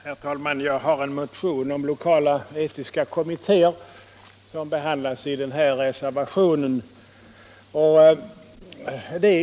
Herr talman! Jag har väckt en motion om lokala etiska kommittéer som behandlas i reservationen vid utskottsbetänkandet.